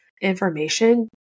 information